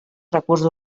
recurs